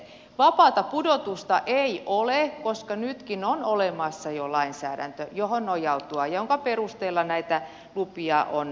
vapaata pudotusta ei ole koska nytkin on olemassa jo lainsäädäntö johon nojautua jonka perusteella näitä lupia on annettu